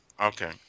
Okay